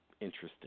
interesting